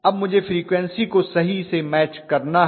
अब मुझे फ्रीक्वन्सी को सही से मैच करना है